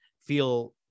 feel